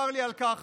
צר לי על כך,